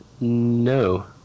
no